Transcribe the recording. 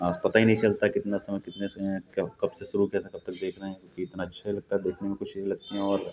आज पता ही नहीं चलता कितना समय कितना समय पर कब से शुरू करे कब तक देखना है क्योंकि इतना अच्छा लगता है देखने में हमको सही लगती है और